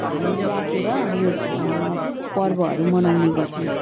हामीले राखेर यो पर्वहरू मनाउने गर्छौँ